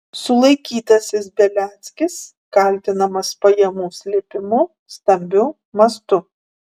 sulaikytasis beliackis kaltinamas pajamų slėpimu stambiu mastu